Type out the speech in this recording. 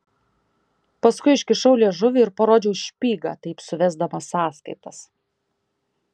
paskui iškišau liežuvį ir parodžiau špygą taip suvesdamas sąskaitas